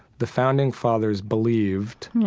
the founding fathers believed, yeah,